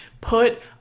put